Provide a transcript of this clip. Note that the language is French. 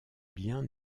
biens